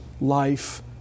life